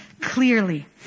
Clearly